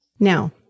Now